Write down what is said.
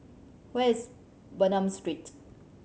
where is Bernam Street